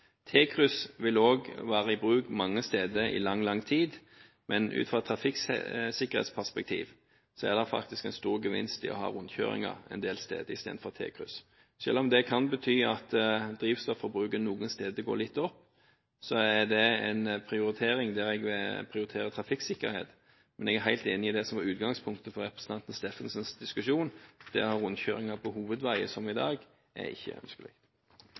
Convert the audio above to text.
vil også være i bruk mange steder i lang, lang tid, men ut fra et trafikksikkerhetsperspektiv er det faktisk en stor gevinst i å ha rundkjøringer en del steder istedenfor T-kryss. Selv om det kan bety at drivstofforbruket noen steder går litt opp, prioriterer jeg trafikksikkerhet. Men jeg er helt enig i det som var utgangspunktet for representanten Steffensens diskusjon: Det å ha rundkjøringer på hovedveier, som i dag, er ikke ønskelig.